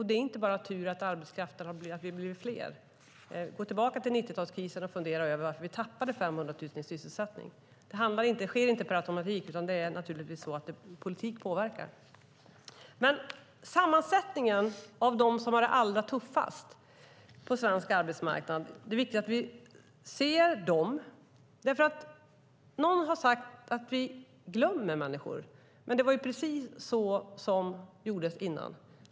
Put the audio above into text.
Det är inte bara tur att de har blivit fler. Gå tillbaka till 90-talskrisen och fundera över varför vi tappade 500 000 i sysselsättning. Detta sker inte per automatik, utan det är naturligtvis så att politik påverkar. Det är viktigt att vi ser sammansättningen av dem som har det allra tuffast på svensk arbetsmarknad. Någon har sagt att vi glömmer människor. Men det var precis det man gjorde innan.